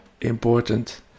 important